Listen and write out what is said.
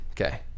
okay